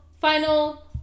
final